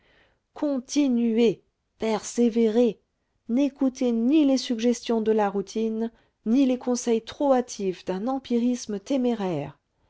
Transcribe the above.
continuez persévérez n'écoutez ni les suggestions de la routine ni les conseils trop hâtifs d'un empirisme téméraire